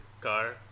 car